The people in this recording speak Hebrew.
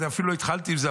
אני אפילו לא התחלתי עם זה,